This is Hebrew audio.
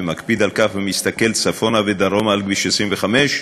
ומקפיד על כך ומסתכל צפונה ודרומה על כביש 25,